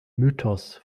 mythos